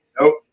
Nope